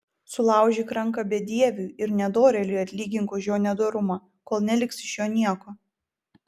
sulaužyk ranką bedieviui ir nedorėliui atlygink už jo nedorumą kol neliks iš jo nieko